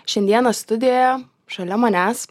šiandieną studijoje šalia manęs